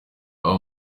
abo